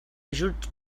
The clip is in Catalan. ajuts